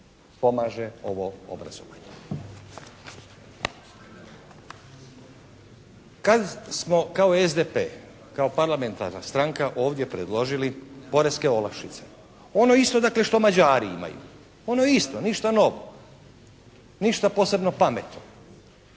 pomaže ovo obrazovanje. Kad smo kao SDP, kao parlamentarna stranka ovdje predložili poreske olakšice. Ono isto dakle što Mađari imaju. Ono isto. Ništa novo. Ništa posebno pametno.